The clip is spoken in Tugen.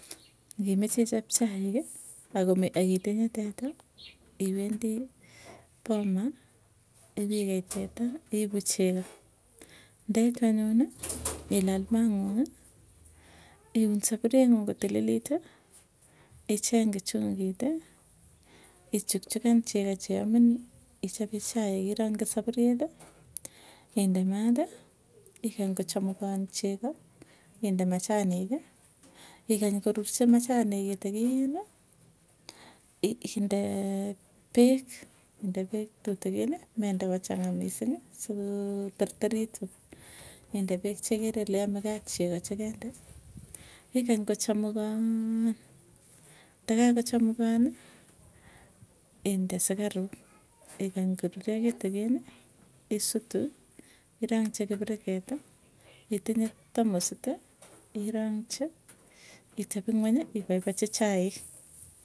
Ngimeche ichop chaiki, akomi akitinye teta iwendi poma ipikei teta iipu chego, yeitu antuni ilal maang'ung, iuan sapuriengung kotililiti, icheng kichungiiti, ichukchukan chego chego cheyamin ichape chaik irangchi sapurieti inde maati ikany kochamukan chegoo. Inde machaniki igany korurchi machanik kitikini indee peek inde peek tutikini mende kochang'a misiing'i sikoterteritu inde peek chekere ile yamee kei ak chegoo chikende, igany kochamukaan ndakakochamukani inde sukaruk igany koruryo kitikiini, isutu irangchi kipiriketi itinye tamusiti irongchi, itepungweny ipaipachi chaik.